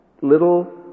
little